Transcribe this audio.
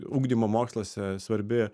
ugdymo moksluose svarbi